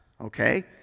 okay